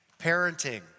Parenting